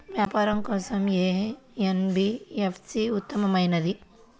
వ్యాపారం కోసం ఏ ఎన్.బీ.ఎఫ్.సి ఉత్తమమైనది?